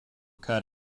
cut